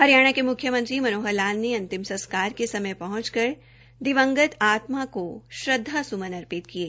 हरियाणा के म्ख्यमंत्री मनोहर लाल ने अंतिम संस्कार के समय के हंचकर दिवंगत आत्मा को श्रद्धास्मन अर्थित किये